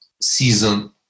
season